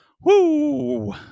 Woo